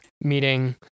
meeting